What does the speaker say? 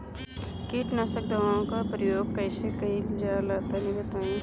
कीटनाशक दवाओं का प्रयोग कईसे कइल जा ला तनि बताई?